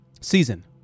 season